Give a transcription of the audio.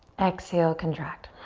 exhale, contract.